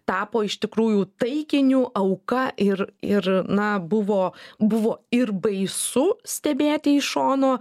tapo iš tikrųjų taikiniu auka ir ir na buvo buvo ir baisu stebėti iš šono